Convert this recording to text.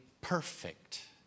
perfect